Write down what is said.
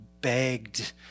begged